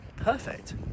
perfect